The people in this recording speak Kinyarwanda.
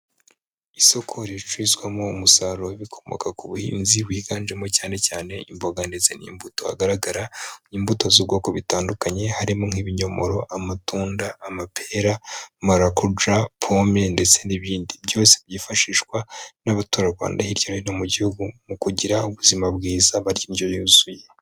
Isoko ricurizwamo umusaruro wibikomoka ku buhinzi wiganjemo cyane cyane imboga ndetse n'imbuto. Hagaragara imbuto z'ubwoko butandukanye harimo nk'ibinyomoro, amatunda, amapera, maracuja, pome ndetse n'ibindi. Byose byifashishwa n'abaturarwanda hirya no hino mu gihugu mu kugira ubuzima bwiza barya indyo yuzuye.